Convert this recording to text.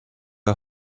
are